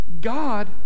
God